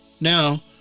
Now